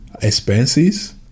expenses